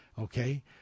Okay